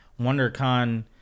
WonderCon